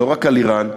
לא רק על איראן.